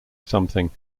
something